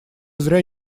зря